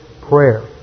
prayer